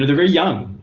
very young.